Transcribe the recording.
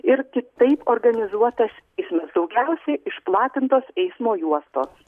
ir kitaip organizuotas eismas daugiausiai išplatintos eismo juostos